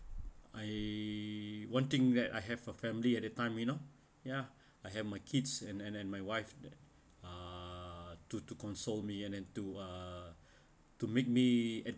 I one thing that I have a family at a time you know ya I have my kids and and my wife that uh to to console me and and to uh to make me at